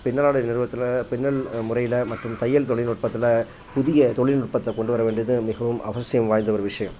பின்னலாடை நிறுவனத்தில் பின்னல் முறையில் மற்றும் தையல் தொழில்நுட்பத்தில் புதிய தொழில்நுட்பத்த கொண்டு வர்ற வேண்டியது மிகவும் அவசியம் வாய்ந்த ஒரு விஷயம்